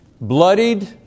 Bloodied